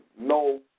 No